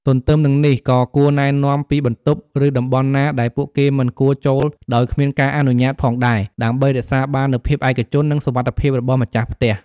ទន្ទឹមនឹងនេះ ក៏គួរណែនាំពីបន្ទប់ ឬតំបន់ណាដែលពួកគេមិនគួរចូលដោយគ្មានការអនុញ្ញាតផងដែរ ដើម្បីរក្សាបាននូវភាពឯកជន និងសុវត្ថិភាពរបស់ម្ចាស់ផ្ទះ។